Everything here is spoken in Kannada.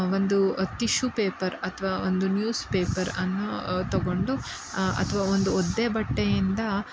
ಒಂದು ಟಿಶ್ಯು ಪೇಪರ್ ಅಥವಾ ಒಂದು ನ್ಯೂಸ್ಪೇಪರ್ ಅನ್ನು ತೊಗೊಂಡು ಅಥವಾ ಒಂದು ಒದ್ದೆ ಬಟ್ಟೆಯಿಂದ